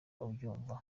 ubyumva